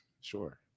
sure